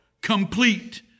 complete